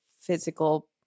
physical